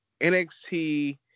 NXT